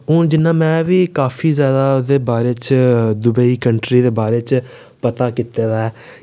हून जि'यां मैं बी काफी जैदा उ'दे बारे च दुबेई कंट्री दे बारे च पता कीते दा ऐ